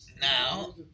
Now